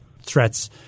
threats